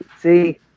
See